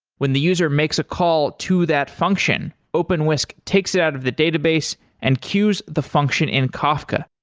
when the user makes a call to that function, openwhisk takes it out of the database and queues the function in kafka.